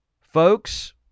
folks